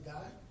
God